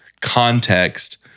context